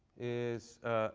is